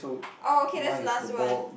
oh okay that's last one